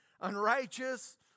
unrighteous